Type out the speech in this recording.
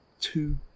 two